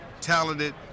talented